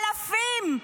אלפים.